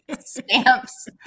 stamps